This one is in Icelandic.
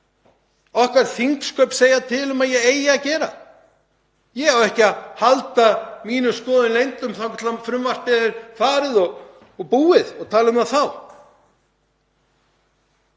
okkar þingsköp segja til um að ég eigi að gera. Ég á ekki að halda mínum skoðunum leyndum þangað til frumvarpið er farið og búið og tala um það þá.